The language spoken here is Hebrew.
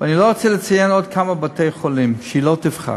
ואני לא רוצה לציין עוד כמה בתי-חולים שהיא לא תבחר,